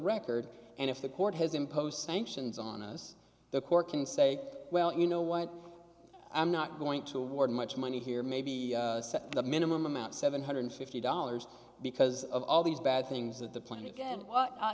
record and if the court has imposed sanctions on us the court can say well you know what i'm not going to award much money here maybe set the minimum amount seven hundred and fifty dollars because of all these bad things that the plan to get what i